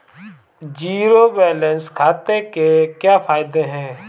Zero balance खाते के क्या फायदे हैं?